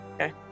Okay